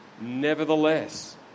Nevertheless